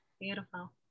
Beautiful